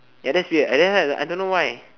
ya that's weird I don't have I don't know why